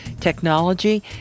technology